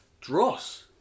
dross